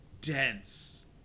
dense